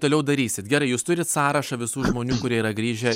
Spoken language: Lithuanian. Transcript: toliau darysit gerai jūs turit sąrašą visų žmonių kurie yra grįžę